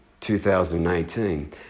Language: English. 2018